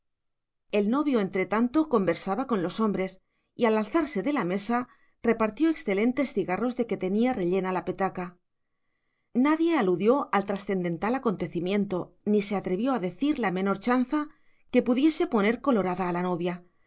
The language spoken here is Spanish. el novio entretanto conversaba con los hombres y al alzarse de la mesa repartió excelentes cigarros de que tenía rellena la petaca nadie aludió al trascendental acontecimiento ni se atrevió a decir la menor chanza que pudiese poner colorada a la novia